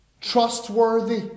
Trustworthy